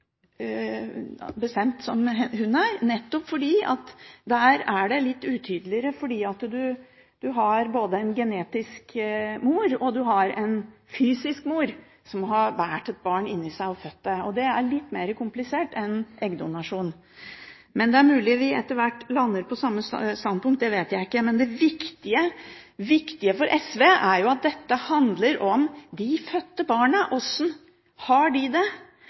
bestemt som hun er, nettopp fordi det der er litt mer utydelig fordi du har både en genetisk mor, og du har en fysisk mor – som har båret et barn inni seg og født det. Det er litt mer komplisert enn sæddonasjon. Men det er mulig vi etter hvert lander på samme standpunkt, det vet jeg ikke. Det viktige for SV er at dette handler om de fødte barna og hvordan de har det.